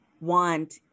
want